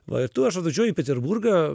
va ir tuo aš atvažiuoju į peterburgą